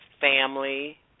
family